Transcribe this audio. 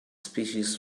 species